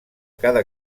cada